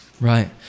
Right